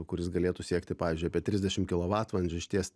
kuris galėtų siekti pavyzdžiui apie trisdešimt kilovatvalandžių išties